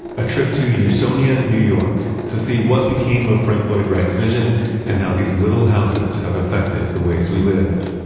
a trip to usonia, new york to see what became of frank lloyd wright's vision and how these little houses have affected the ways we live